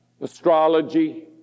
Astrology